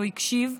והוא הקשיב.